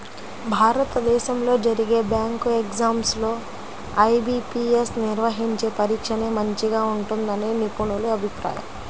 భారతదేశంలో జరిగే bank exams లో ఐ.బీ.పీ.యస్ నిర్వహించే పరీక్షనే మంచిగా ఉంటుందని నిపుణుల అభిప్రాయం